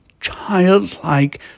childlike